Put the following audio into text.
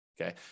Okay